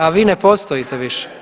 A vi ne postojite više.